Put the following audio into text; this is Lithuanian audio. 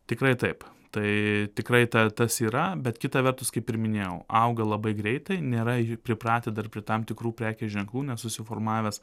tikrai taip tai tikrai tą tas yra bet kita vertus kaip ir minėjau auga labai greitai nėra jie pripratę dar prie tam tikrų prekės ženklų nesusiformavęs